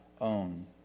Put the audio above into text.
own